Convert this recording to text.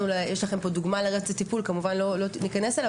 יש לכם פה דוגמה לרצף טיפול ולא ניכנס אליו.